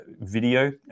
video